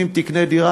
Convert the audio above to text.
אם תקנה דירה,